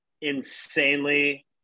insanely